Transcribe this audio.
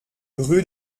rue